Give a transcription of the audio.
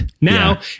Now